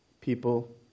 people